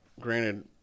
granted